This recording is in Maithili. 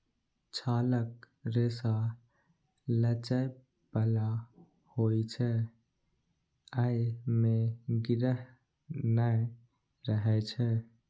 छालक रेशा लचै बला होइ छै, अय मे गिरह नै रहै छै